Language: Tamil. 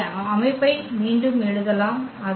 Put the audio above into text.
இங்கே அமைப்பை மீண்டும் எழுதலாம்